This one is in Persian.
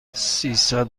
سیصد